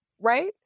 right